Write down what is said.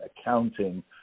accounting